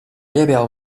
列表